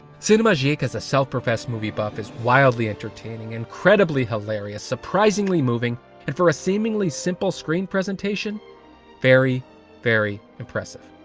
cinemagique as a self professed movie buff is wildly entertaining, incredibly hilarous, surprisingly moving and for a seemingly simple screen presentation very very impressive.